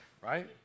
right